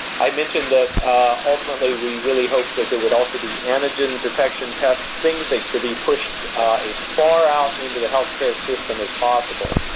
i mentioned that ultimately we really hope that there would also be antigen detection tests, things that could be pushed as far out into the healthcare system as possible.